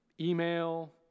email